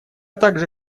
также